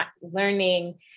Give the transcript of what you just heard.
learning